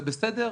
זה בסדר,